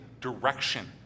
direction